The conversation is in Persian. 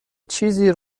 چیزی